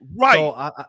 right